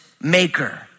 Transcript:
maker